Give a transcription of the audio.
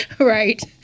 Right